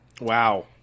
Wow